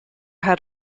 had